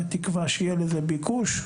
בתקווה שיהיה לזה ביקוש.